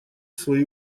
свои